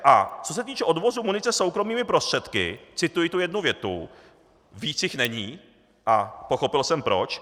A co se týče odvozu munice soukromými prostředky, cituji tu jednu větu, víc jich není a pochopil jsem proč.